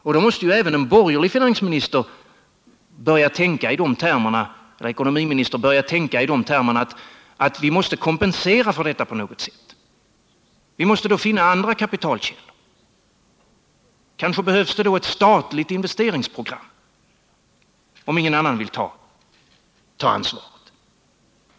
Och då måste även en borgerlig ekonomiminister börja tänka i termerna att vi på något sätt måste kompensera detta. Vi måste finna andra kapitalkällor. Kanske behövs det ett statligt investeringsprogram, om ingen annan vill ta ansvaret.